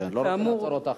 אני לא רוצה לעצור אותך.